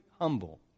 humble